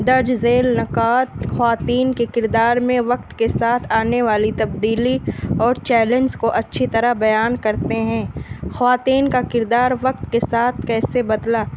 درج ذیل نکات خواتین کے کردار میں وقت کے ساتھ آنے والی تبدیلی اور چیلنج کو اچھی طرح بیان کرتے ہیں خواتین کا کردار وقت کے ساتھ کیسے بدلا